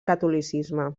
catolicisme